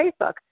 facebook